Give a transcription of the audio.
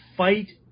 Fight